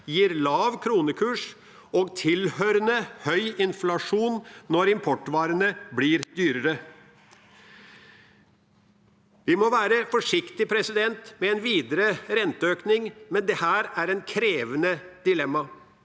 gir lav kronekurs og tilhørende høy inflasjon når importvarene blir dyrere. Vi må være forsiktige med den videre renteøkningen, men dette er et krevende dilemma.